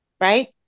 right